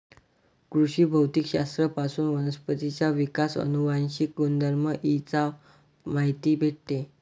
कृषी भौतिक शास्त्र पासून वनस्पतींचा विकास, अनुवांशिक गुणधर्म इ चा माहिती भेटते